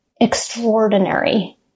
extraordinary